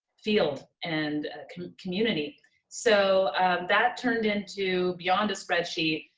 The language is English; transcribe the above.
field and kind of community so that turned into beyond the spreadsheet.